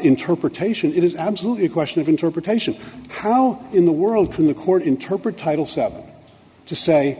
interpretation it is absolutely a question of interpretation how in the world can the court interpret title seven to say